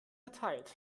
erteilt